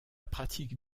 pratique